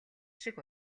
шиг